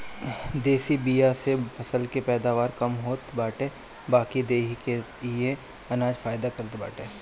देशी बिया से फसल के पैदावार कम होत बाटे बाकी देहि के इहे अनाज फायदा करत बाटे